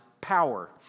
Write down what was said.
power